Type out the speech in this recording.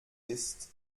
isst